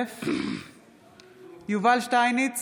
בהצבעה יובל שטייניץ,